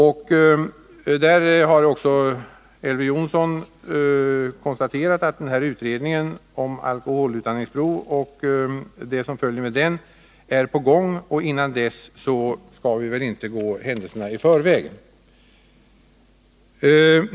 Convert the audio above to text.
Elver Jonsson har konstaterat att utredningen om alkoholutandningsprov som bevismedel vid trafikonykterhetsbrott och vad som följer därav är på gång, varför vi inte bör gå händelserna i förväg, utan avvakta utredningens resultat.